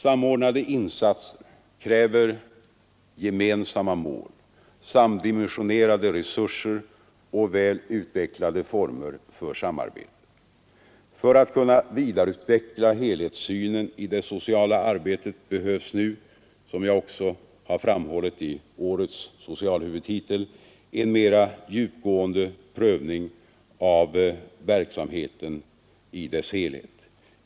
Samordnade insatser kräver gemensamma mål, samdimensionerade resurser och väl utvecklade former för samarbetet. För att kunna vidareutveckla helhetssynen i det sociala arbetet behövs nu — som jag också har framhållit i årets socialhuvudtitel — en mera djupgående prövning av verksamheten i dess helhet.